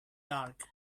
dark